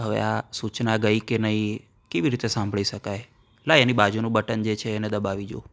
હવે આ સૂચના ગઈ કે નહીં કેવી રીતે સાંભળી શકાય લાવ એની બાજુનું બટન જે છે એને દબાવી જોવું